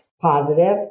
positive